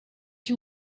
you